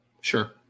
Sure